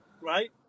right